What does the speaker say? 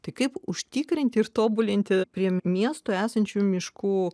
tai kaip užtikrinti ir tobulinti prie miestų esančių miškų